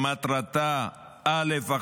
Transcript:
שמטרתה: א.